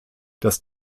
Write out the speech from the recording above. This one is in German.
das